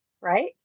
right